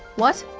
what?